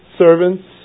servants